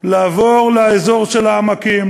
לעבור לאזור של העמקים,